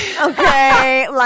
Okay